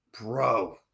Bro